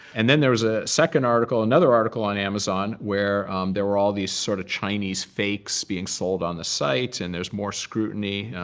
and then there was a second article another article on amazon where there were all these sort of chinese fakes being sold on the sites. and there's more scrutiny